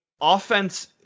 offense